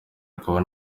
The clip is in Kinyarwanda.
akaba